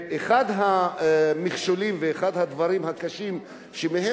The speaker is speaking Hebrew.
אחד המכשולים ואחד הדברים הקשים שמהם